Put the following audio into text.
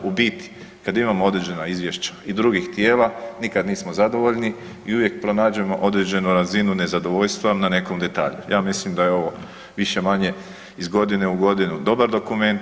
U biti kad imamo određena izvješća i drugih tijela nikad nismo zadovoljni i uvijek pronađemo određenu razinu nezadovoljstva na nekom detalju, ja mislim da je ovo više-manje iz godine u godinu dobar dokument.